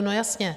No jasně.